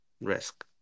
risk